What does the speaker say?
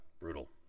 brutal